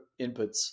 inputs